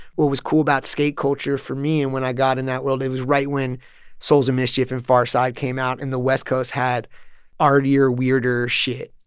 what was cool about skate culture for me and when i got in that world it was right when souls of mischief and pharcyde came out and the west coast had artier, weirder shit.